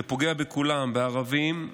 וזה פוגע בכולם: בערבים,